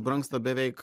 brangsta beveik